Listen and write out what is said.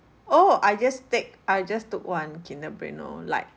oh I just take I just took one kinder bueno like